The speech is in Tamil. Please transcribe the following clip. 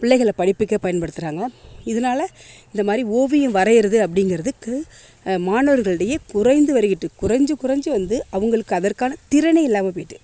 பிள்ளைங்ககள் படிப்புக்கே பயன்படுத்தறாங்க இதனால் இந்தமாதிரி ஓவியம் வரையறது அப்படிங்கிறதுக்கு மாணவர்கள் இடையே குறைந்து வருகிட்டுது குறைஞ்சு குறைஞ்சு வந்து அவர்களுக்கு அதற்கான திறனே இல்லாமல் போய்ட்டு